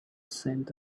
scent